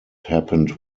happened